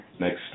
next